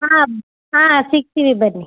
ಹಾಂ ಹಾಂ ಸಿಕ್ತೀವಿ ಬನ್ನಿ